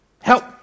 Help